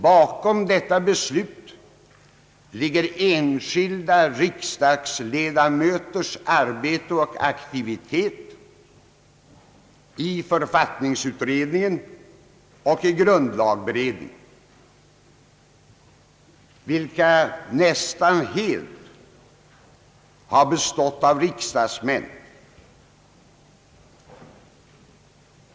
Bakom detta beslut ligger enskilda riksdagsledamöters arbete och aktivitet i författningsutredningen och i grundlagberedningen, vilka nästan helt har bestått av riksdagsmän.